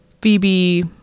Phoebe